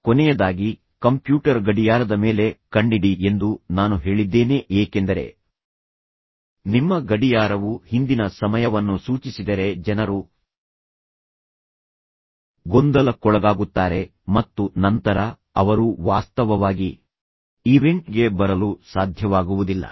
ಕೊನೆಯದಾಗಿ ಕಂಪ್ಯೂಟರ್ ಗಡಿಯಾರದ ಮೇಲೆ ಕಣ್ಣಿಡಿ ಎಂದು ನಾನು ಹೇಳಿದ್ದೇನೆ ಏಕೆಂದರೆ ನಿಮ್ಮ ಗಡಿಯಾರವು ಹಿಂದಿನ ಸಮಯವನ್ನು ಸೂಚಿಸಿದರೆ ಜನರು ಗೊಂದಲಕ್ಕೊಳಗಾಗುತ್ತಾರೆ ಮತ್ತು ನಂತರ ಅವರು ವಾಸ್ತವವಾಗಿ ಈವೆಂಟ್ಗೆ ಬರಲು ಸಾಧ್ಯವಾಗುವುದಿಲ್ಲ